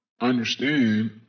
understand